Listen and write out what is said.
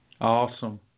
Awesome